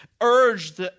urged